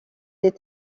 des